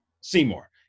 Seymour